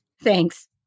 Thanks